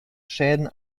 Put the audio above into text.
schäden